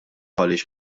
għaliex